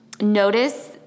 notice